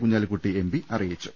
Kunhalikutty M P അറിയിച്ചു